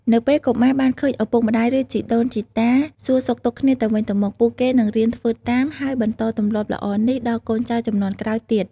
នៅពេលកុមារបានឃើញឪពុកម្ដាយ ឬជីដូនជីតាសួរសុខទុក្ខគ្នាទៅវិញទៅមក ពួកគេនឹងរៀនធ្វើតាម ហើយបន្តទម្លាប់ល្អនេះដល់កូនចៅជំនាន់ក្រោយទៀត។